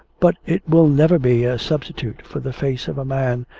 but it will never be a substitute for the face of a man,